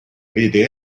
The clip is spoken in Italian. vede